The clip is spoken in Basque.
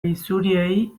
isuriei